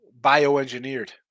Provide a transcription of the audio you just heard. bioengineered